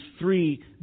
three